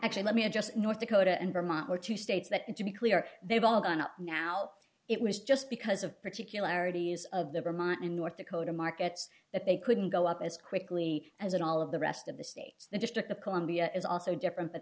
actually let me just north dakota and vermont were two states that typically are they've all gone up now it was just because of particularities of the vermont in north dakota markets that they couldn't go up as quickly as an all of the rest of the states the district of columbia is also different